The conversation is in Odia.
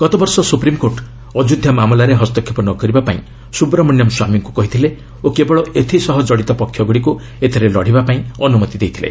ଗତବର୍ଷ ସୁପ୍ରିମ୍କୋର୍ଟ ଅଯୋଧ୍ୟା ମାମଲାରେ ହସ୍ତକ୍ଷେପ ନ କରିବାପାଇଁ ସୁବ୍ରମଣ୍ୟମ୍ ସ୍ୱାମୀଙ୍କୁ କହିଥିଲେ ଓ କେବଳ ଏଥିସହ କଡ଼ିତ ପକ୍ଷଗୁଡ଼ିକୁ ଏଥିରେ ଲଢ଼ିବାପାଇଁ ଅନୁମତି ଦେଇଥିଲେ